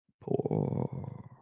Poor